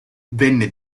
venne